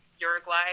Uruguay